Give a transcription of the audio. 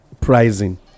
pricing